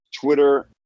Twitter